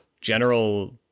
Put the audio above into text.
general